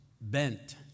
bent